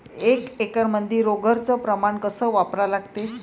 एक एकरमंदी रोगर च प्रमान कस वापरा लागते?